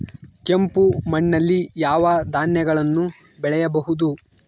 ಕೆಂಪು ಮಣ್ಣಲ್ಲಿ ಯಾವ ಧಾನ್ಯಗಳನ್ನು ಬೆಳೆಯಬಹುದು?